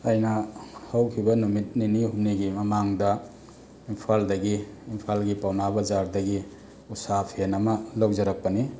ꯑꯩꯅ ꯍꯧꯈꯤꯕ ꯅꯨꯃꯤꯠ ꯅꯤꯅꯤ ꯍꯨꯝꯅꯤꯒꯤ ꯃꯃꯥꯡꯗ ꯏꯝꯐꯥꯜꯗꯒꯤ ꯏꯝꯐꯥꯜꯒꯤ ꯄꯥꯎꯅꯥ ꯕꯖꯥꯔꯗꯒꯤ ꯎꯁꯥ ꯐꯦꯟ ꯑꯃ ꯂꯧꯖꯔꯛꯄꯅꯤ